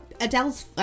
Adele's